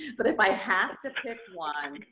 but if i have to pick one,